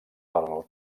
pel